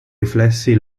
riflessi